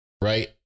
right